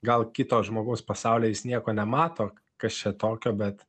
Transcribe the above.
gal kito žmogaus pasaulyje jis nieko nemato kas čia tokio bet